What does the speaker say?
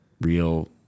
real